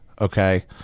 okay